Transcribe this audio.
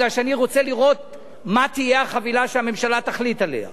מפני שאני רוצה לראות מה תהיה החבילה שהממשלה תחליט עליה.